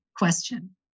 question